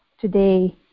today